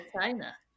China